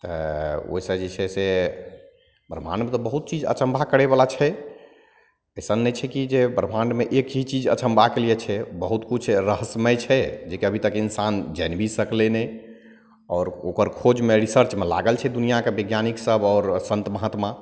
तऽ ओ तऽ जे छै से ब्रह्माण्डमे तऽ बहुत चीज अचम्भा करैबला छै अइसन नहि छै की जे ब्रह्माण्डमे एक ही चीज अचम्भाके लिये छै बहुत किछु रहस्यमय छै जेकि अभी तक इंसान जानि भी सकलै नहि आओर ओकर खोजमे रिसर्चमे लागल छै दुनियाँके बिज्ञानिक सब आओर सन्त महात्मा